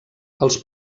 els